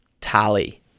tally